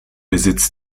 besitz